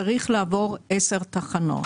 צריך לעבור עשר תחנות.